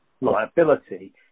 liability